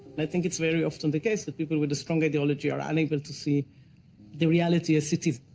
i think it's very often the case the people with the strong ideology are unable to see the reality of cities,